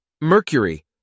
Mercury